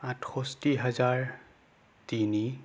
আঠষষ্টি হাজাৰ তিনি